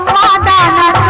um da da